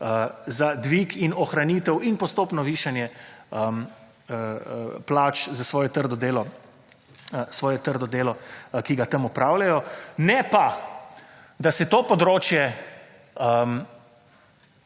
za dvig in ohranitev in postopno višanje plač za svoje trdo delo, ki ga tam opravljajo, ne pa, da se to področje